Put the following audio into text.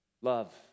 Love